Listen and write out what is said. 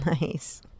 Nice